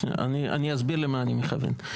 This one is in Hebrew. שנייה, אני אסביר למה אני מכוון.